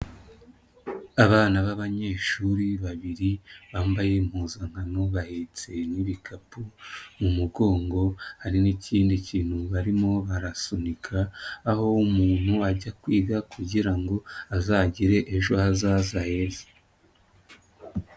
Abana b'abanyeshuri babiri, bambaye impuzankano bahetse n'ibikapu mu mugongo, hari n'ikindi kintu barimo arasunika, aho umuntu ajya kwiga kugira ngo azagire ejo hazaza heza.